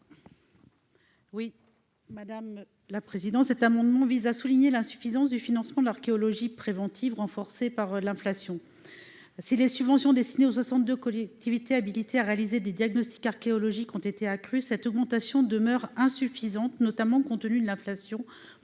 Oui, madame la président cet amendement vise à souligner l'insuffisance du financement de l'archéologie préventive, renforcée par l'inflation, si les subventions destinées aux 62 collectivités habilité à réaliser des diagnostics archéologiques ont été accrus, cette augmentation demeure insuffisante, notamment compte tenu de l'inflation